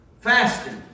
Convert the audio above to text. fasting